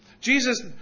Jesus